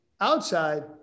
outside